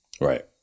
Right